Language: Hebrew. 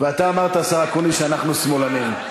ואתה אמרת, השר אקוניס, שאנחנו שמאלנים.